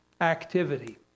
activity